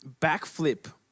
backflip